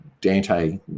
Dante